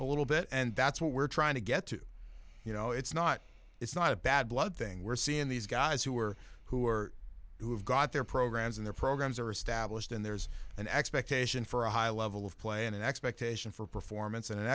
a little bit and that's what we're trying to get to you know it's not it's not a bad blood thing we're seeing these guys who are who are who have got their programs and their programs are established and there's an expectation for a high level of play and an expectation for performance and an